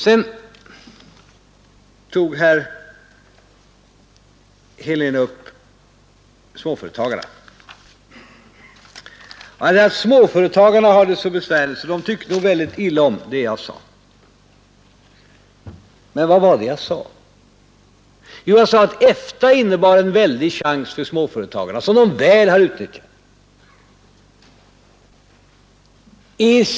Sedan tog herr Helén upp frågan om småföretagarna och sade, att småföretagarna har det så besvärligt, att de nog tyckte väldigt illa om det jag sade. Men vad var det jag sade? Jo, jag sade att EFTA innebar en väldig chans för småföretagarna som de väl har utnyttjat.